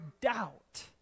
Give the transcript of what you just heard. doubt